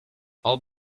all